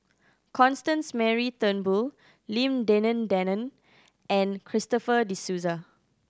Constance Mary Turnbull Lim Denan Denon and Christopher De Souza